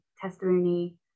testimony